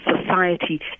society